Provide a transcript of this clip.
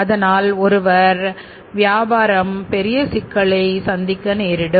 அதனால் அவர் வியாபார பெரிய சிக்கல்களை சந்திக்க நேரிடும்